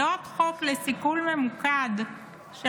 זה עוד חוק לסיכול ממוקד של